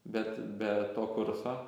bet be to kurso